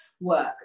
work